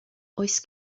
oes